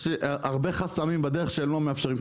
יש הרבה חסמים בדרך שהם לא מאפשרים.